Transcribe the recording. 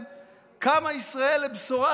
קמה ישראל לבשורה חדשה: